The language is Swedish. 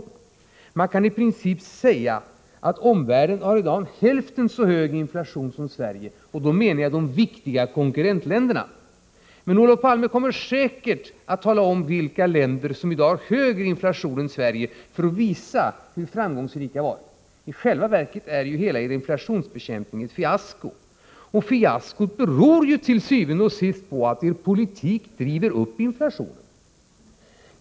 I princip kan man säga att omvärlden i dag har hälften så hög inflation som Sverige, och då avser jag de viktiga konkurrentländerna. Olof Palme kommer säkert att tala om vilka länder det är som i dag har högre inflation än Sverige för att visa hur framgångsrika ni har varit. Men i själva verket är ju hela er inflationsbekämpning ett fiasko, och fiaskot beror til syvende og sidst på att er politik driver upp inflationen.